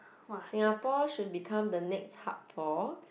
Singapore should become the next hub for